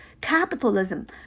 capitalism